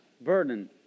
burden